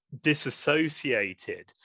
disassociated